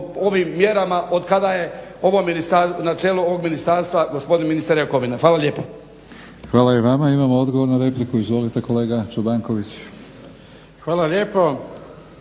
ovim mjerama otkada je na čelu ovog ministarstva gospodin ministar Jakovina. Hvala lijepa. **Batinić, Milorad (HNS)** Hvala i vama. Imamo odgovor na repliku. Izvolite kolega Čobankoviću.